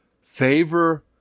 favor